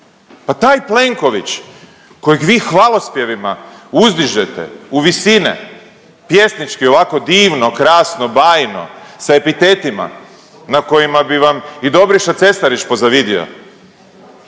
pa taj Plenković kojeg vi hvalospjevima uzdižete u visine pjesnički ovako divno, krasno, bajno, sa epitetima na kojima bi vam i Dobriša Cesareć pozavidio.